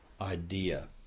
idea